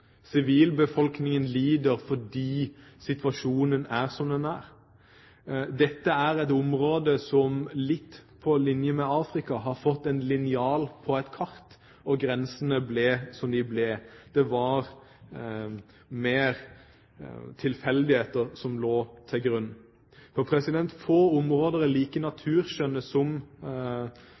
Sivilbefolkningen lider fordi situasjonen er som den er. Dette er et område som på linje med Afrika har fått en linjal på et kart, og grensene ble som de ble. Det var tilfeldigheter som fikk råde. Få områder er like naturskjønne som Kashmir. Få områder